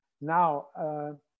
Now